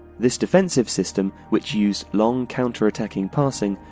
this defensive system, which used long, counter-attacking passing,